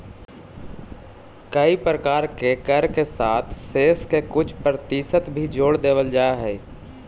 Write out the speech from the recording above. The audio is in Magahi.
कए प्रकार के कर के साथ सेस के कुछ परतिसत भी जोड़ देवल जा हई